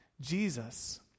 Jesus